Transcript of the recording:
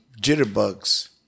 jitterbugs